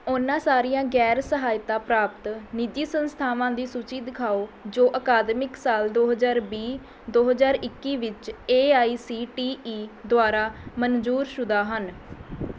ਉਹਨਾਂ ਸਾਰੀਆਂ ਗੈਰ ਸਹਾਇਤਾ ਪ੍ਰਾਪਤ ਨਿੱਜੀ ਸੰਸਥਾਵਾਂ ਦੀ ਸੂਚੀ ਦਿਖਾਓ ਜੋ ਅਕਾਦਮਿਕ ਸਾਲ ਦੋੋ ਹਜ਼ਾਰ ਵੀਹ ਦੋ ਹਜ਼ਾਰ ਇੱਕੀ ਵਿੱਚ A I C T E ਦੁਆਰਾ ਮਨਜ਼ੂਰਸ਼ੁਦਾ ਹਨ